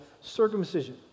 circumcision